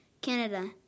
Canada